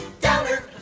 Downer